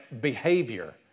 behavior